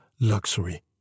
luxury